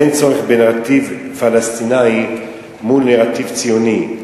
אין צורך בנרטיב פלסטיני מול נרטיב ציוני.